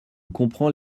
comprends